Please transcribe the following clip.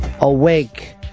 Awake